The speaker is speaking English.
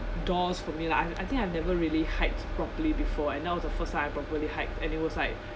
doors for me lah I I think I've never really hiked properly before and now the first time I properly hike and it was like